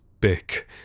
big